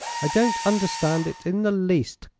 i don't understand it in the least,